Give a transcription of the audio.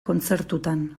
kontzertutan